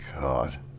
God